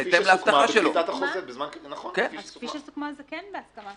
כפי שסוכמה, זה כן בהסכמה.